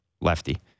lefty